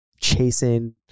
Chasing